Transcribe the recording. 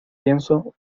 pienso